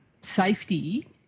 safety